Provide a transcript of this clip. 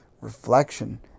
reflection